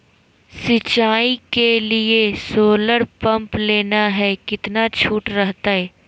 सिंचाई के लिए सोलर पंप लेना है कितना छुट रहतैय?